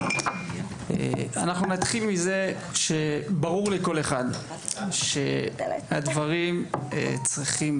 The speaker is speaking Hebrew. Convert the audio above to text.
אנחנו נתחיל מזה שברור לכל אחד שהדברים צריכים,